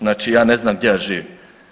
Znači, ja ne znam gdje ja živim.